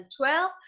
2012